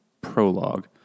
prologue